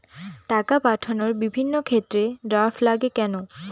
টাকা পাঠানোর বিভিন্ন ক্ষেত্রে ড্রাফট লাগে কেন?